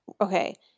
okay